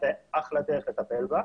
זה אחלה דרך לטפל בה.